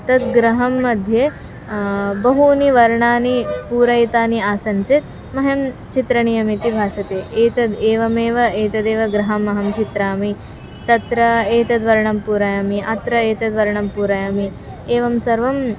तद् गृहं मध्ये बहवः वर्णाः पूरयिताः आसन् चेत् मह्यं चित्रणीयमिति भासते एतद् एवमेव एतदेव गृहम् अहं चित्रयामि तत्र एतद् वर्णं पूरयामि अत्र एतद्वर्णं पूरयामि एवं सर्वं